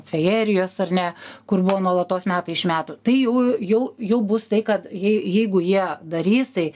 fejerijos ar ne kur buvo nuolatos metai iš metų tai jau jau jau bus tai kad jei jeigu jie darys tai